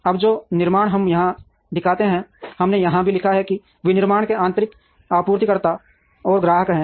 अब जो निर्माण हम यहां दिखाते हैं हमने यह भी लिखा है कि विनिर्माण में आंतरिक आपूर्तिकर्ता और ग्राहक हैं